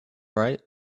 right